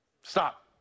stop